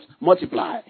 Multiply